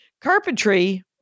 Carpentry